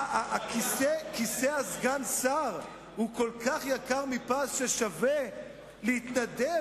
מה, כיסא סגן השר יקר מפז ששווה להתנדב?